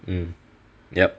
mm yup